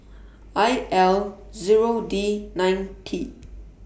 I L Zero D nine T